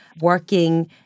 working